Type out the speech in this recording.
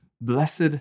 blessed